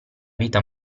vita